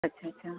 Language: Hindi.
अच्छा अच्छा